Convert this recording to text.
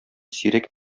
сирәк